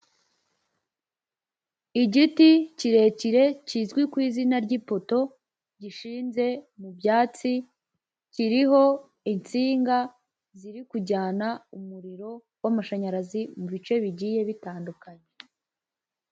Igiti kirekire kizwi ku izina ry'ipoto gishinze mu byatsi, kiriho insinga ziri kujyana umuriro w'amashanyarazi mu bice bigiye bitandukanye.